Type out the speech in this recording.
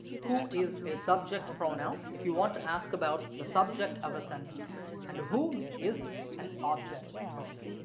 who is a subject pronoun if you want to ask about the subject of a sentence and whom is an object pronoun.